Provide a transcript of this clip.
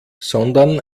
sondern